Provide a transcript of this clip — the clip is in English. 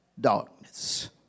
darkness